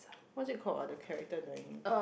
what's it called ah the character that I name